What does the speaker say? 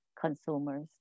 consumers